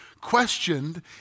questioned